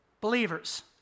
believers